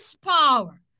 power